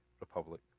Republic